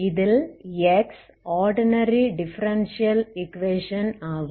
இதில் x ordinary differential equation ஆகும்